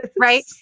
right